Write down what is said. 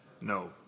No